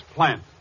Plant